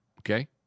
Okay